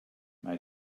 mei